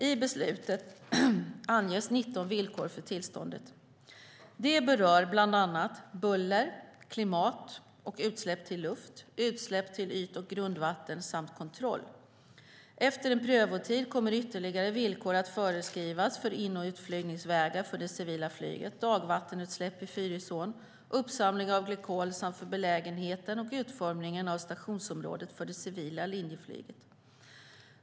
I beslutet anges 19 villkor för tillståndet. De berör bland annat buller, klimat och utsläpp till luft, utsläpp till yt och grundvatten samt kontroll. Efter en prövotid kommer ytterligare villkor att föreskrivas för in och utflygningsvägar för det civila flyget, dagvattenutsläpp i Fyrisån, uppsamling av glykol samt för belägenheten och utformningen av stationsområdet för det civila linjeflyget.